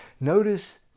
Notice